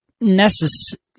necessary